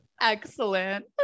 excellent